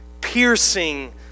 piercing